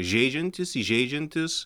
žeidžiantis įžeidžiantis